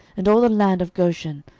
and all the land of goshen,